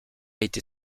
été